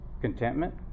Contentment